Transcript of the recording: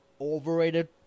overrated